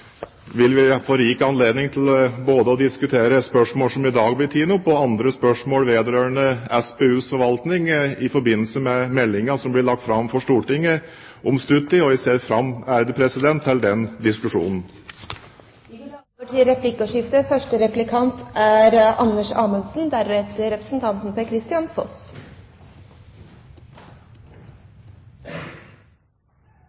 vil vi få rik anledning til både å diskutere spørsmål som i dag blir tatt opp, og andre spørsmål vedrørende SPUs forvaltning i forbindelse med meldingen som blir lagt fram for Stortinget om stutt tid. Jeg ser fram til den